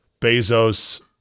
Bezos